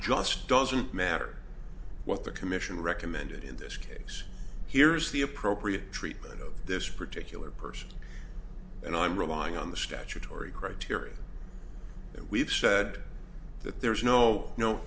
just doesn't matter what the commission recommended in this case here is the appropriate treatment of this particular person and i'm relying on the statutory criteria that we've said that there's no no